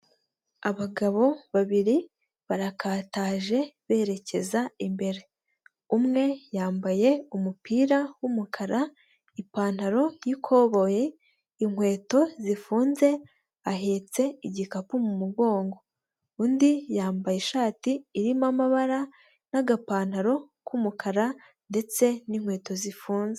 Abagabo babiri barakataje berekeza imbere, umwe yambaye umupira w'umukara, ipantaro y'ikoboyi, inkweto zifunze, ahetse igikapu mu mugongo, undi yambaye ishati irimo amabara n'agapantaro k'umukara ndetse n'inkweto zifunze.